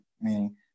Meaning